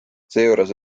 seejuures